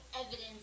evidence